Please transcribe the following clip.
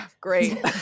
Great